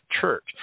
church